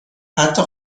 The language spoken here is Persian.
حتی